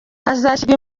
hazashyirwa